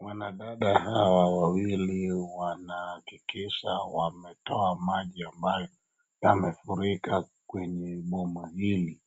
Wanadada awa wawili wanahakikisha wametoa maji pale yamefurika kwenye boma hili